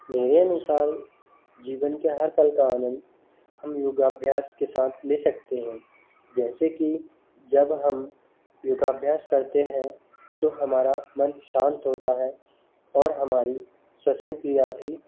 मेरे अनुसार जीवन के हर पल का आनंद हम योगा अभ्यास के साथ ले सकते हैं जैसे कि जब हम योगा अभ्यास करते हैं तो हमारा मन शांत होता है और हमारी श्वसन क्रिया भी